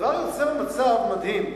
הדבר יוצר מצב מדהים,